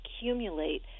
accumulate